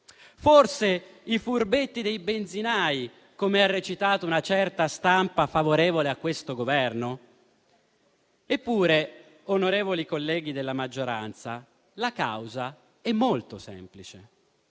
Forse i furbetti dei benzinai, come ha recitato una certa stampa favorevole al Governo? Eppure, onorevoli colleghi della maggioranza, la causa è molto semplice: